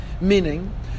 Meaning